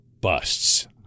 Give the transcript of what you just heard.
busts